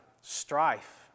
strife